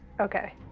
Okay